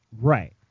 Right